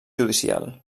judicial